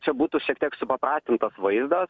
čia būtų šiek tiek supaprastintas vaizdas